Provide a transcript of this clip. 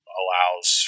allows